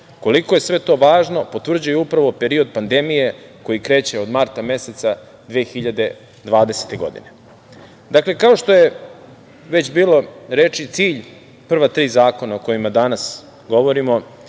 koliko je sve to važno potvrđuje upravo period pandemije koji kreće od marta meseca 2020. godine. Kao što je već bilo reči, cilj prva tri zakona o kojima danas govorimo